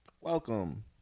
Welcome